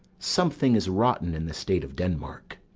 something is rotten in the state of denmark.